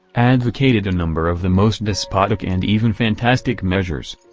advocated a number of the most despotic and even fantastic measures.